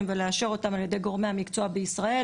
ולאשר אותם על ידי גורמי המקצוע בישראל,